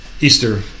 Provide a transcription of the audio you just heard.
Easter